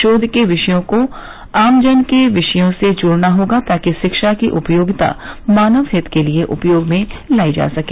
शोध के विषयों को आमजन के विषयों से जोड़ना होगा ताकि शिक्षा की उपयोगिता मानव हित के लिए उपयोग में लायी जा सके